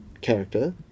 character